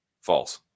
False